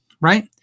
right